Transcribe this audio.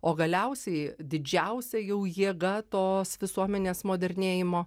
o galiausiai didžiausia jau jėga tos visuomenės modernėjimo